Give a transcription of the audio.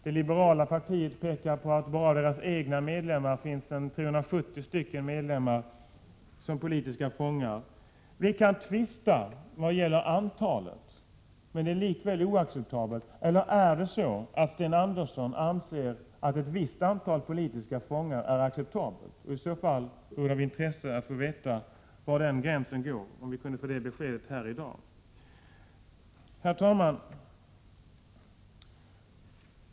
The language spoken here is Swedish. Det liberala partiet pekar på att det bara av dess egna medlemmar finns 370 som är politiska fångar. Vi kan tvista om antalet, men förhållandena är likväl oacceptabla. Eller är det så att Sten Andersson anser att ett visst antal politiska fångar är acceptabelt? I så fall vore det av intresse att få besked här i dag om var den gränsen går. Herr talman!